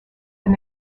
and